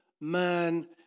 man